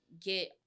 get